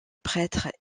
prêtre